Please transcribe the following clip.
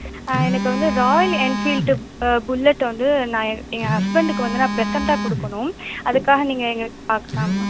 ஆ எனக்கு வந்து royal enfield bullet வந்து நான் எ என் ஹஸ்பண்டுக்கு வந்து நான் ப்ரசெண்ட்டாக கொடுக்கணும் அதுக்காக நீங்கள் எங்கே பார்க்கணும் ஆமாம்